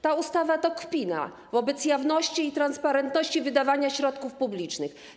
Ta ustawa to kpina z jawności i transparentności wydawania środków publicznych.